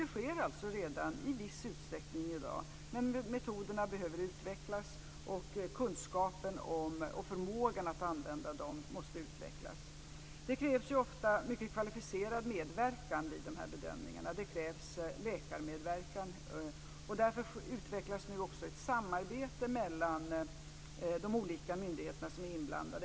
Det sker alltså redan i viss utsträckning i dag, men metoderna behöver utvecklas. Kunskapen om och förmågan att använda dem måste utvecklas. Det krävs ofta mycket kvalificerad medverkan vid dessa bedömningar. Det krävs läkarmedverkan. Därför utvecklas nu också ett samarbete mellan de olika myndigheter som är inblandade.